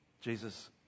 jesus